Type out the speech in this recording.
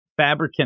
fabricant